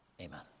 Amen